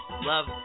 love